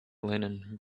linen